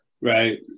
right